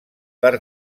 per